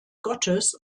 gottes